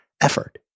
effort